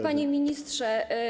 Panie Ministrze!